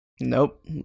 Nope